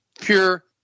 Pure